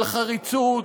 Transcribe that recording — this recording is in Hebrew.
על חריצות,